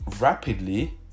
rapidly